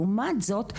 לעומת זאת,